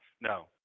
No